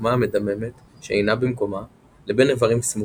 הרקמה המדממת שאינה במקומה לבין איברים סמוכים,